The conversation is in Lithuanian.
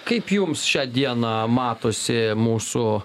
kaip jums šią dieną matosi mūsų